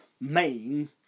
main